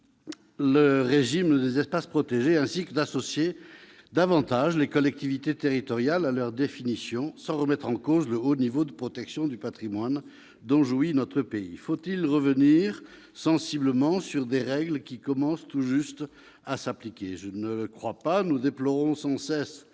le régime des espaces protégés, ainsi que d'associer davantage les collectivités territoriales à leur définition, sans remettre en cause le haut niveau de protection du patrimoine dont jouit notre pays. Faut-il sensiblement revenir sur des règles qui commencent tout juste à s'appliquer ? Je ne le crois pas. Après tout, nous déplorons sans cesse